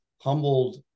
humbled